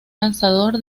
lanzador